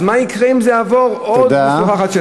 אז מה יקרה אם זה יעבור עוד משוכה אחת,